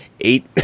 Eight